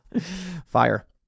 fire